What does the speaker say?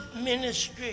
ministry